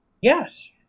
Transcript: Yes